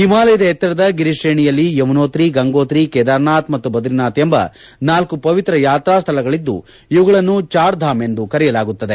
ಹಿಮಾಲಯದ ಎತ್ತರದ ಗಿರಿ ತ್ರೇಣಿಯಲ್ಲಿ ಯಮುನೋತ್ರಿ ಗಂಗೋತ್ರಿ ಕೇದಾರನಾಥ್ ಮತ್ತು ಬದರಿನಾಥ್ ಎಂಬ ನಾಲ್ಲು ಪವಿತ್ರ ಯಾತ್ರಾಸ್ಥಳಗಳಿದ್ದು ಇವುಗಳನ್ನು ಛಾರ್ ಧಾಮ್ ಎಂದೇ ಕರೆಯಲಾಗುತ್ತದೆ